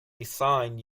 design